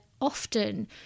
often